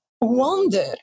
wonder